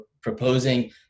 proposing